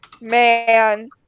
man